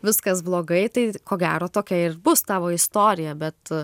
viskas blogai tai ko gero tokia ir bus tavo istorija bet